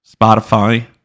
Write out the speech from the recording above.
spotify